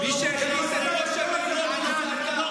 אני לא